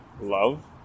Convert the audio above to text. love